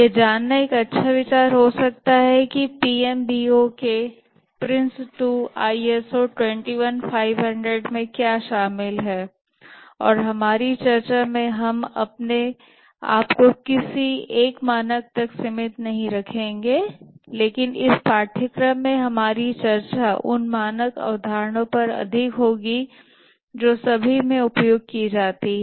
यह जानना एक अच्छा विचार हो सकता है कि PMBOK PRINCE2 ISO 21500 में क्या शामिल है और हमारी चर्चा में हम अपने आप को किसी एक मानक तक सीमित नहीं रखेंगे लेकिन इस पाठ्यक्रम में हमारी चर्चा उन मानक अवधारणाओं पर अधिक होगी जो सभी में उपयोग की जाती हैं